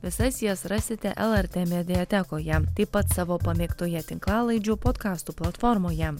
visas jas rasite lrt mediatekoje taip pat savo pamėgtoje tinklalaidžių podkastų platformoje